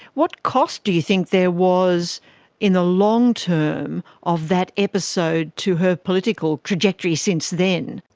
what cost do you think there was in the long term of that episode to her political trajectory since then?